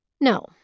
No